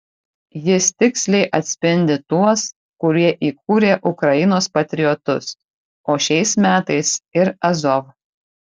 jis tiksliai atspindi tuos kurie įkūrė ukrainos patriotus o šiais metais ir azov